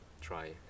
try